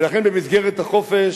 ולכן במסגרת החופש,